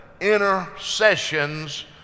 intercessions